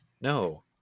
No